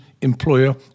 employer